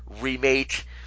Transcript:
remake